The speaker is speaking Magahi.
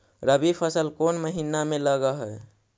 रबी फसल कोन महिना में लग है?